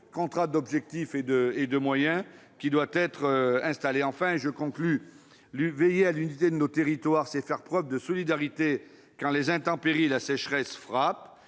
contrats d'objectifs et de moyens qui doivent être mis en place. Enfin, veiller à l'unité de nos territoires, c'est faire preuve de solidarité quand les intempéries et la sécheresse frappent.